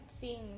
seeing